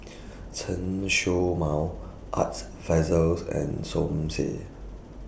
Chen Show Mao Arts Fazil's and Som Said